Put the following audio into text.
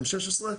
M16,